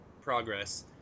progress